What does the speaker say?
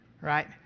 right